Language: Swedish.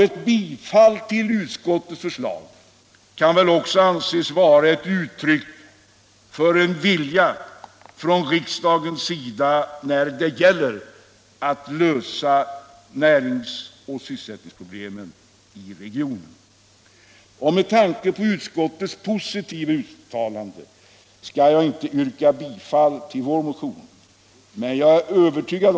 Ett bifall till utskottets förslag kan väl också anses vara ett uttryck för en vilja från riksdagens sida när det gäller att lösa närings och sysselsättningsproblemen i regionen. Med tanke på utskottets positiva uttalande skall jag inte yrka bifall till motionen 1836.